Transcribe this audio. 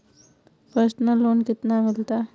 Personal loan कितना मिलता है?